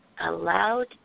allowed